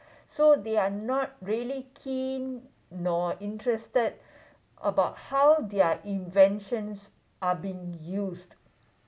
so they are not really keen nor interested about how their inventions are being used